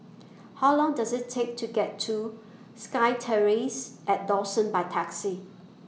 How Long Does IT Take to get to SkyTerrace At Dawson By Taxi